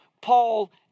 Paul